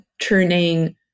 turning